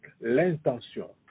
l'intention